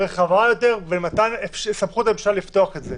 רחבה יותר ומתן סמכות לממשלה לפתוח את זה.